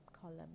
column